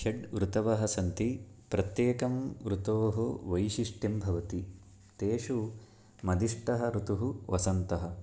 षड् ऋतवः सन्ति प्रत्येकं ऋतोः वैशिष्ट्यं भवति तेषु मदिष्टः ऋतुः वसन्तः